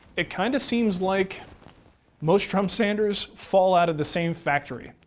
it kind of seems like most drum sanders fall out of the same factory.